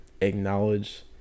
acknowledge